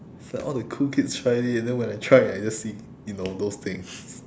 it's like all the cool kids tried it then when I tried I just see you know those things